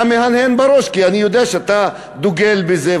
אתה מהנהן בראש כי אני יודע שאתה דוגל בזה,